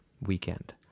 Weekend